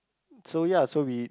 so ya so we